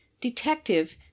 detective